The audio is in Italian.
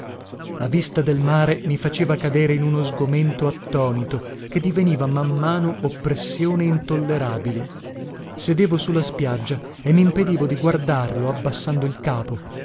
la vista del mare mi faceva cadere in uno sgomento attonito che diveniva man mano oppressione intollerabile sedevo su la spiaggia e mimpedivo di guardarlo abbassando il capo